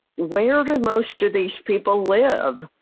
where do most of these people live?